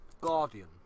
Guardian